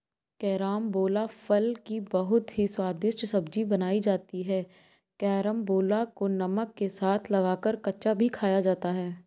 carambola फल की बहुत ही स्वादिष्ट सब्जी बनाई जाती है कैरमबोला को नमक के साथ लगाकर कच्चा भी खाया जाता है